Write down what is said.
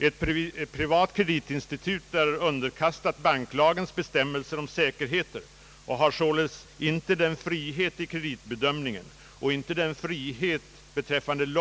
Ett privat kreditinstitut är underkastat banklagens bestämmelser om säkerheter och har således inte den frihet i kreditbedömning och beträffande långivningens